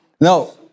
No